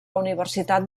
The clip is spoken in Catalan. universitat